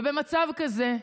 ובמצב כזה,